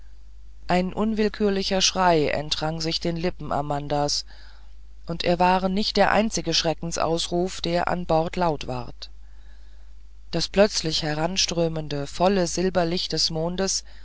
ein unwillkürlicher schrei entrang sich den lippen amandas und er war nicht der einzige schreckensausruf der an bord laut ward das plötzlich hereinströmende volle silberlicht des mondes